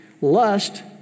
Lust